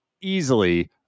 easily